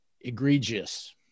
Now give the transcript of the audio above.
egregious